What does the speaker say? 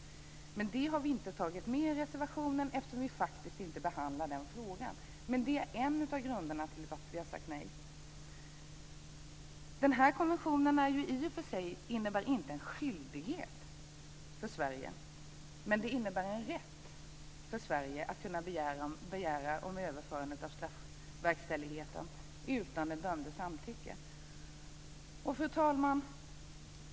Men det har vi inte tagit med i reservationen, eftersom vi faktiskt inte behandlar den frågan. Men det är en av anledningarna till att vi har sagt nej. Den här konventionen innebär i och för sig inte en skyldighet för Sverige, men den innebär en rätt för Sverige att kunna begära överförande av straffverkställigheten utan den dömdes samtycke. Fru talman!